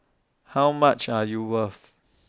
how much are you worth